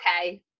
okay